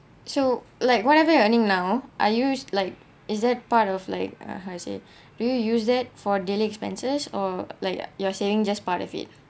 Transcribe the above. so like whatever you earning now are you is like is that part of like ah how you said it do you use that for daily expenses or like your saving just part of it